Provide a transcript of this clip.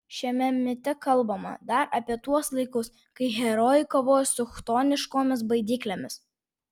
šiame mite kalbama dar apie tuos laikus kai herojai kovojo su chtoniškomis baidyklėmis